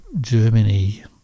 Germany